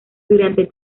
durante